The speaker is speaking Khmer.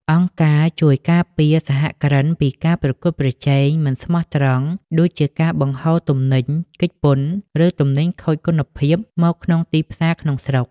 អង្គការជួយការពារសហគ្រិនពីការប្រកួតប្រជែងមិនស្មោះត្រង់ ដូចជាការបង្ហូរទំនិញគេចពន្ធ ឬទំនិញខូចគុណភាពមកក្នុងទីផ្សារក្នុងស្រុក